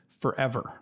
forever